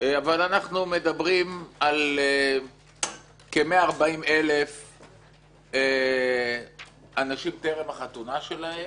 אבל אנחנו מדברים על כ-140,000 אנשים טרם החתונה שלהם.